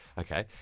okay